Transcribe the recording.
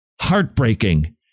Heartbreaking